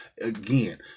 again